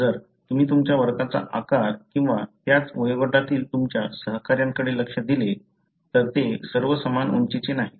जर तुम्ही तुमच्या वर्गाचा आकार किंवा त्याच वयोगटातील तुमच्या सहकाऱ्यांकडे लक्ष दिले तर ते सर्व समान उंचीचे नाहीत